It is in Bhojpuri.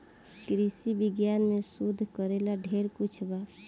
कृषि विज्ञान में शोध करेला ढेर कुछ बा